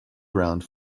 ground